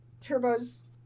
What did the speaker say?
Turbo's